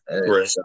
Right